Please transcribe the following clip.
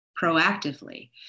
proactively